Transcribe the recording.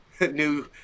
new